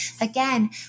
again